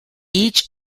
each